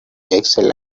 excel